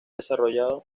desarrollado